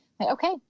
Okay